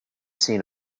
seen